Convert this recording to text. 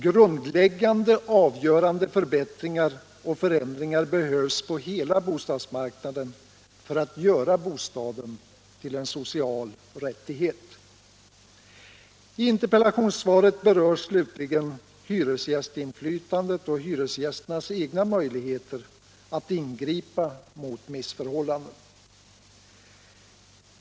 Grundläggande, avgörande förbättringar och förändringar behövs på hela bostadsmarknaden för att göra bostaden till en social rättighet. I interpellationssvaret berörs slutligen hyresgästinflytandet och hyresgästernas egna möjligheter att ingripa mot missförhållanden.